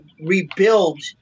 rebuild